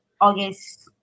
August